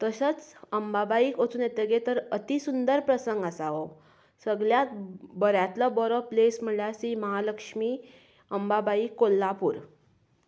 तसोच अंबाबाईक वचून येतगीर तर अती सुंदर प्रसंग आसा हो सगल्यांत बऱ्यांतलो बरो प्लेस म्हळ्यार श्री महालक्ष्मी अंबाबाई कोल्हापूर